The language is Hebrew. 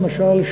למשל,